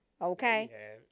Okay